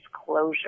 disclosure